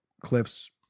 Cliff's